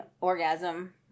orgasm